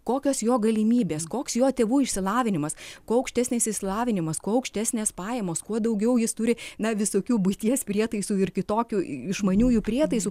kokios jo galimybės koks jo tėvų išsilavinimas kuo aukštesnis išsilavinimas kuo aukštesnės pajamos kuo daugiau jis turi na visokių buities prietaisų ir kitokių išmaniųjų prietaisų